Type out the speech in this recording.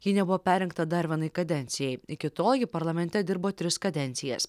ji nebuvo perrinkta dar vienai kadencijai iki tol ji parlamente dirbo tris kadencijas